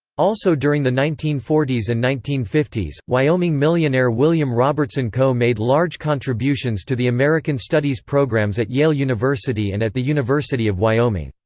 also during the nineteen forty s and nineteen fifty s, wyoming millionaire william robertson coe made large contributions to the american studies programs at yale university and at the university of wyoming.